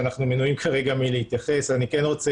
שאנחנו מנועים כרגע מלהתייחס אני כן רוצה